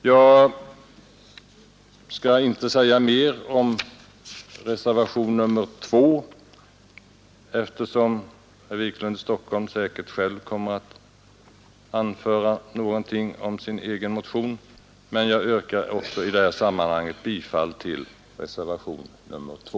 Jag skall inte säga mer om reservationen 2, eftersom herr Wiklund i Stockholm säkerligen själv kommer att tala om sin motion, men jag yrkar också bifall till reservationen 2.